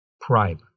Prime